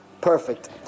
perfect